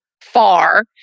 far